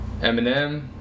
Eminem